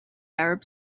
arab